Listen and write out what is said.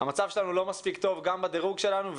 המצב שלנו לא מספיק טוב גם בדירוג שלנו,